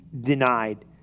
denied